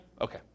Okay